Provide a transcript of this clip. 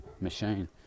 machine